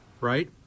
right